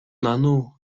nanu